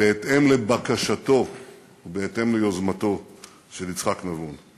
בהתאם לבקשתו ובהתאם ליוזמתו של יצחק נבון.